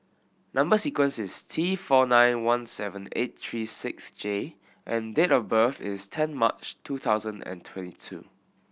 number sequence is T four nine one seven eight three six J and date of birth is ten March two thousand and twenty two